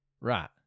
right